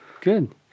good